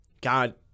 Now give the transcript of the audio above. God